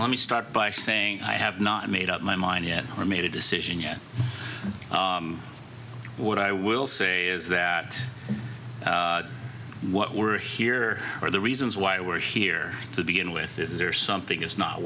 let me start by saying i have not made up my mind yet or made a decision yet what i will say is that what we're here for the reasons why we're here to begin with is there something